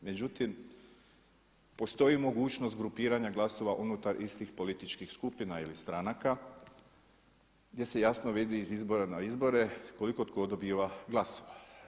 Međutim, postoji mogućnost grupiranja glasova unutar istih političkih skupina ili stranaka gdje se jasno vidi iz izbora na izbore koliko tko dobiva glasova.